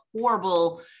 horrible